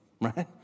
right